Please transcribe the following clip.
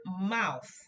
mouth